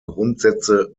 grundsätze